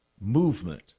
Movement